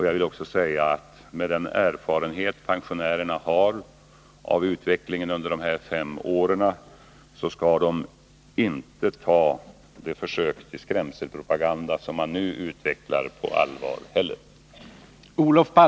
Jag vill också säga att med den erfarenhet pensionärerna har av utvecklingen under de gångna fem åren skall de inte heller ta det försök till skrämselpropaganda som Olof Palme nu gör på allvar.